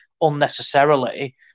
unnecessarily